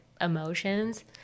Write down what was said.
emotions